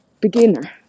beginner